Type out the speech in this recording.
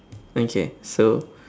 okay so